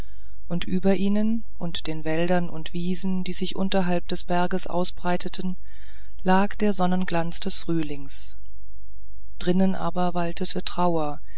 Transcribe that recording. und über ihnen und den wäldern und wiesen die sich unterhalb des berges ausbreiteten lag der sonnenglanz des frühlings drinnen aber waltete trauer